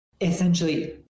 essentially